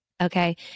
Okay